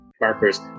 markers